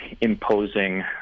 imposing